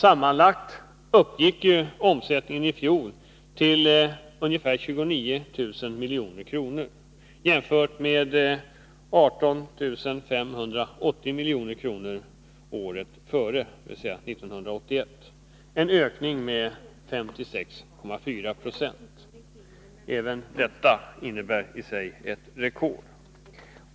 Sammanlagt uppgick omsättningen i fjol till ungefär 29 000 milj.kr., jämfört med 18 580 milj.kr. 1981 — en ökning med 56,4 90. Även detta innebär ett rekord.